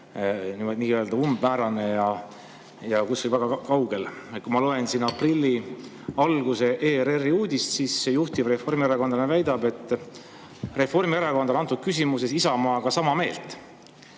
nii-öelda umbmäärane ja kuskil väga kaugel. Ma loen aprilli alguse ERR‑i uudist, kus juhtiv reformierakondlane väidab, et Reformierakond on antud küsimuses Isamaaga sama meelt.